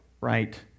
right